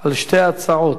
על שתי ההצעות,